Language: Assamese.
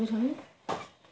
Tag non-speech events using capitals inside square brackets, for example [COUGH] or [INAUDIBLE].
[UNINTELLIGIBLE]